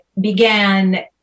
began